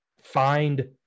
find